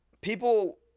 People